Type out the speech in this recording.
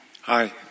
Hi